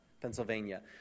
Pennsylvania